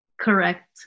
Correct